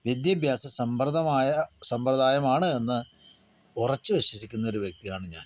വിദ്യാഭ്യാസ സമ്പ്രദായ സമ്പ്രദായമാണ് എന്ന് ഉറച്ചു വിശ്വസിക്കുന്ന ഒരു വ്യക്തിയാണ് ഞാൻ